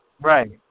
Right